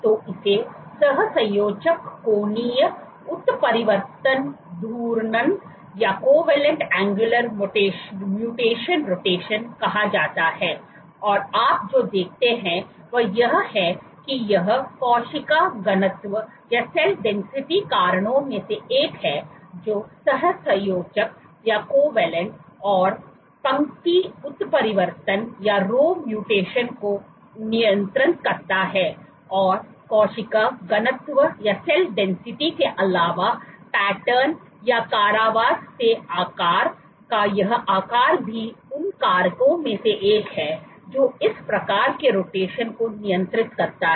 तो इसे सहसंयोजक कोणीय उत्परिवर्तन घूर्णन कहा जाता है और आप जो देखते हैं वह यह है कि यह कोशिका घनत्व कारणों में से एक है जो सहसंयोजक और पंक्ति उत्परिवर्तन को नियंत्रित करता है और कोशिका घनत्व के अलावा पैटर्न या कारावास के आकार का यह आकार भी उन कारकों में से एक है जो इस प्रकार के रोटेशन को नियंत्रित करता है